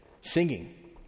singing